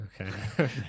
Okay